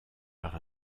par